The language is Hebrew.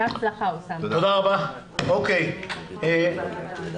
בהצלחה, אוסאמה.